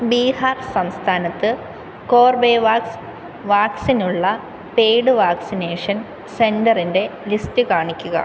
ബീഹാർ സംസ്ഥാനത്ത് Corbevax vaccine ഉള്ള paid vaccination സെൻ്ററിൻ്റെ ലിസ്റ്റ് കാണിക്കുക